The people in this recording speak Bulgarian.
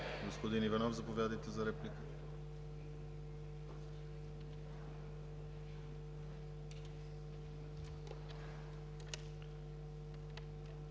Господин Иванов, заповядайте за реплика.